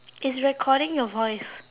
it's recording your voice